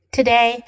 Today